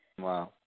Wow